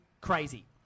crazy